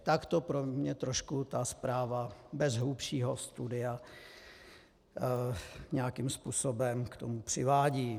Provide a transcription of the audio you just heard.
Tak to mě trošku ta zpráva bez hlubšího studia nějakým způsobem k tomu přivádí.